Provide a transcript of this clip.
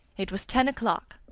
it was ten o'clock.